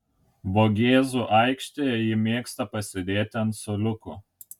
vogėzų aikštėje ji mėgsta pasėdėti ant suoliukų